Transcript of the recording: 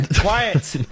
quiet